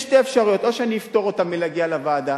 יש שתי אפשרויות: או שאני אפטור אותם מלהגיע לוועדה,